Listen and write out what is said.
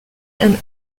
and